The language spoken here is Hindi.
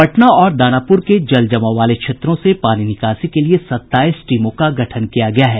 पटना और दानापुर के जल जमाव वाले क्षेत्रों से पानी निकासी के लिए सत्ताईस टीमों का गठन किया गया है